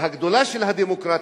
והגדולה של הדמוקרטיה,